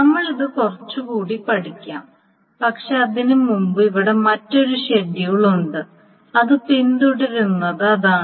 നമ്മൾ ഇത് കുറച്ചുകൂടി പഠിക്കും പക്ഷേ അതിനുമുമ്പ് ഇവിടെ മറ്റൊരു ഷെഡ്യൂൾ ഉണ്ട് അത് പിന്തുടരുന്നത് അതാണ്